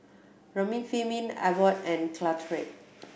Remifemin Abbott and Caltrate